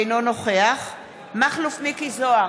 אינו נוכח מכלוף מיקי זוהר,